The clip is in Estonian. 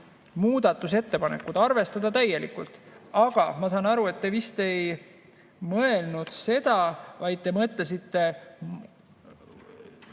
muudatusettepanekud, arvestada täielikult. Aga ma saan aru, et te vist ei mõelnud seda, vaid te mõtlesite